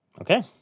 Okay